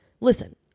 Listen